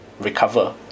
recover